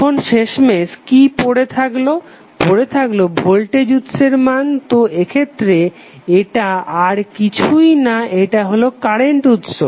এখন শেষমেশ কি পরে থাকলো পরে থাকলো ভোল্টেজ উৎসের মান তো এক্ষেত্রে এটা আর কিছুই না এটা হলো কারেন্ট উৎস